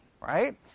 right